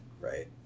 right